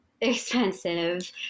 expensive